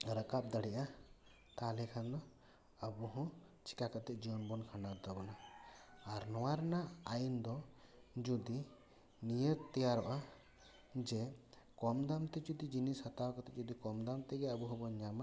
ᱨᱟᱠᱟᱵ ᱫᱟᱲᱮᱜᱼᱟ ᱛᱟᱦᱚᱞᱮ ᱠᱷᱟᱱ ᱫᱚ ᱟᱵᱚᱦᱚᱸ ᱪᱮᱠᱟ ᱠᱟᱛᱮ ᱡᱤᱭᱚᱱ ᱵᱚᱱ ᱠᱷᱟᱸᱰᱟᱣ ᱛᱟᱵᱚᱱᱟ ᱟᱨ ᱱᱚᱣᱟ ᱨᱮᱱᱟᱜ ᱟᱹᱭᱤᱱ ᱫᱚ ᱡᱩᱫᱤ ᱱᱤᱭᱟᱹ ᱛᱮᱭᱟᱨᱚᱜᱼᱟ ᱡᱮ ᱠᱚᱢ ᱫᱟᱢᱛᱮ ᱡᱩᱫᱤ ᱡᱤᱱᱤᱥ ᱦᱟᱛᱟᱣ ᱠᱟᱛᱮ ᱡᱩᱫᱤ ᱠᱚᱢ ᱫᱟᱢ ᱛᱮᱜᱮ ᱟᱵᱚ ᱦᱚᱵᱚᱱ ᱧᱟᱢᱟ